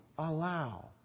Allow